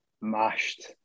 Mashed